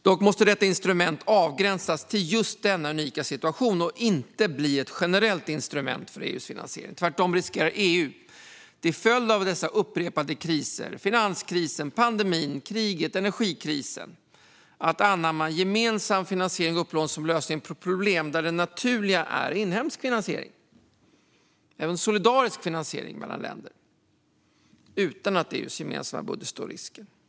Dock måste detta instrument avgränsas till just denna unika situation och inte bli ett generellt instrument för EU:s finansiering. Tvärtom riskerar EU, till följd av dessa upprepade kriser, finanskrisen, pandemin, kriget och energikrisen, att anamma gemensam finansiering och upplåning som lösning på problem där det naturliga är inhemsk finansiering, även solidarisk finansiering mellan länder, utan att EU:s gemensamma budget står risken.